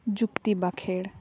ᱡᱩᱠᱛᱤ ᱵᱟᱸᱠᱷᱮᱬ